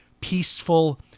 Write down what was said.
peaceful